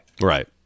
Right